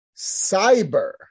Cyber